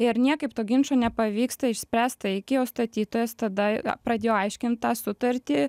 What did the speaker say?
ir niekaip to ginčo nepavyksta išspręst taikiai o statytojas tada pradėjo aiškint tą sutartį